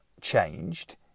changed